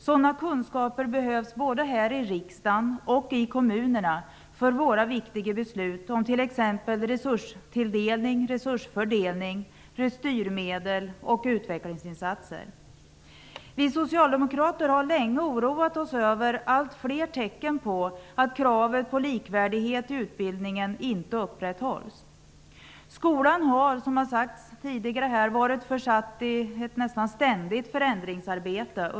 Sådana kunskaper behövs både här i riksdagen och i kommunerna för våra viktiga beslut om t.ex. Vi socialdemokrater har länge oroat oss över allt fler tecken på att kravet på likvärdighet i utbildningen inte upprätthålls. Skolan har, vilket har sagts här tidigare, under lång tid varit försatt i ett så gott som ständigt förändringsarbete.